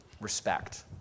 Respect